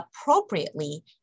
appropriately